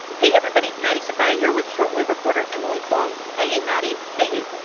hey, everybody. maddie sofia here with short wave reporter emily kwong hey, maddie hey, you.